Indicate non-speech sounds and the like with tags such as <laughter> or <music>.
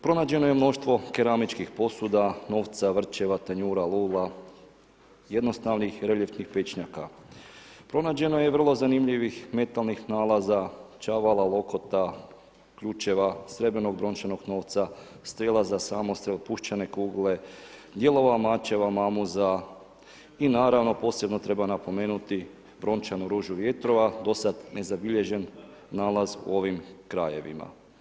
Pronađeno je mnoštvo keramičkih posuda, novca, vrčeva, tanjura, lula, jednostavnih reljefnih ... <unintelligible> Pronađeno je vrlo zanimljivih metalnih nalaza, čavala, lokota, ključeva, srebrnog i brončanog novca, strijela za samostrel, puščane kugle, dijelova mačeva, mamuza i naravno, posebno treba napomenuti brončanu ružu vjetrova do sad nezabilježen nalaz u ovim krajevima.